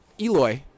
eloy